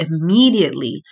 immediately